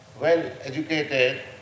well-educated